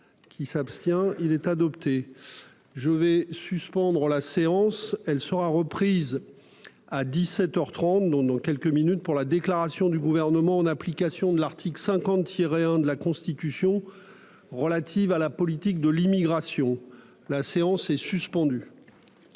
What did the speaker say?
Il s'abstient il est adopté. Je vais suspendre la séance elle sera reprise. À 17h 30 dans, dans quelques minutes pour la déclaration du gouvernement en application de l'article 50 tirer 1 de la Constitution relatives à la politique de l'immigration. La séance est suspendue.--